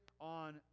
on